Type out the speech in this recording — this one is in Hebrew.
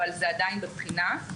אבל זה עדיין בבחינה.